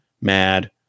mad